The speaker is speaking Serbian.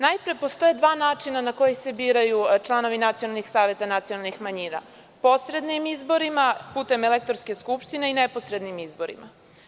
Najpre, postoje dva načina na koji se biraju članovi nacionalnih saveta nacionalnih manjina – posrednim izborima, putem elektorske skupštine i neposrednim izborima.